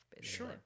sure